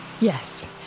Yes